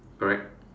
correct